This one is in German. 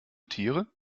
tiere